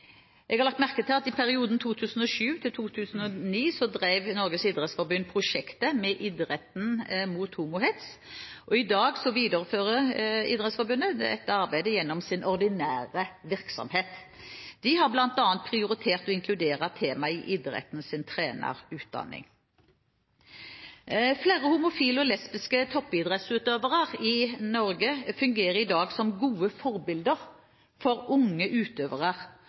Jeg har lagt merke til at i perioden 2007–2009 drev Norges idrettsforbund prosjektet «Med idretten mot homohets». I dag viderefører Idrettsforbundet dette arbeidet gjennom sin ordinære virksomhet. De har bl.a. prioritert å inkludere temaet i idrettens trenerutdanning. Flere homofile og lesbiske toppidrettsutøvere i Norge fungerer i dag som gode forbilder for unge utøvere